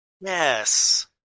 Yes